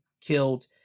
killed